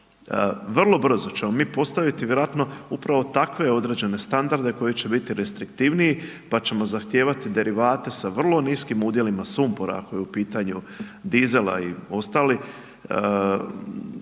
Vrlo brzo ćemo mi postaviti vjerojatno upravo takve određene standarde koji će biti restriktivniji, pa ćemo zahtijevati derivate sa vrlo niskim udjelima sumporima ako je u pitanju dizela i ostali